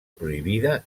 prohibida